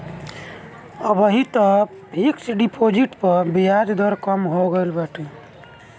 अबही तअ fix deposit पअ बियाज दर कम हो गईल बाटे